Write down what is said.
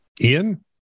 Ian